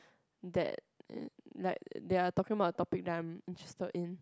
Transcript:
that in like they are talking about a topic that I'm interested in